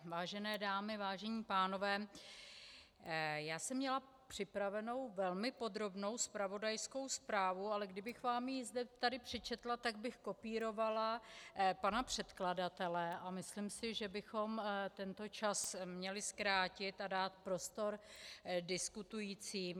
Vážené dámy, vážení pánové, já jsem měla připravenou velmi podrobnou zpravodajskou zprávu, ale kdybych vám ji zde tady přečetla, tak bych kopírovala pana předkladatele a myslím si, že bychom tento čas měli zkrátit a dát prostor diskutujícím.